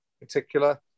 particular